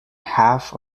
half